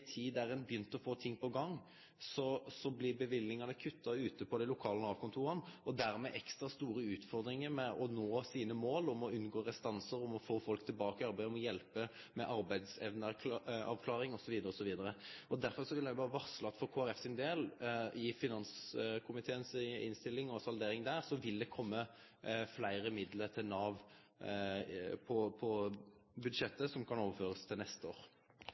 tid då ein begynte å få ting på gang, blei kutta ute i dei lokale Nav-kontora. Det blei dermed ekstra store utfordringar å nå måla om å unngå restansar, om å få folk tilbake i arbeid, om å hjelpe med arbeidsevneavklaring, osv. Derfor vil eg berre varsle at frå Kristeleg Folkeparti – i finanskomiteens innstilling og salderinga der – vil det kome fleire midlar til Nav på budsjettet som kan overførast til neste år.